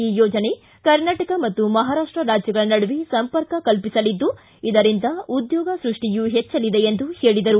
ಈ ಯೋಜನೆ ಕರ್ನಾಟಕ ಮತ್ತು ಮಹಾರಾಷ್ಟ ರಾಜ್ಯಗಳ ನಡುವೆ ಸಂಪರ್ಕ ಕಲ್ಪಿಸಲಿದ್ದು ಇದರಿಂದ ಉದ್ಕೋಗ ಸೃಷ್ಟಿಯೂ ಹೆಚ್ಚಲಿದೆ ಎಂದು ಹೇಳಿದರು